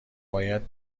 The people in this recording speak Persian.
باید